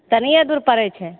तनिये दूर पड़ै छै